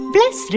Bless